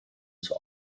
zur